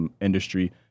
industry